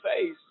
face